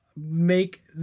make